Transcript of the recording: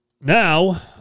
now